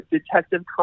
Detective